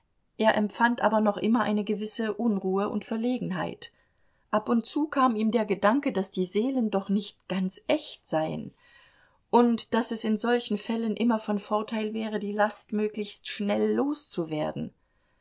er empfand aber noch immer eine gewisse unruhe und verlegenheit ab und zu kam ihm der gedanke daß die seelen doch nicht ganz echt seien und daß es in solchen fällen immer von vorteil wäre die last möglichst schnell loszuwerden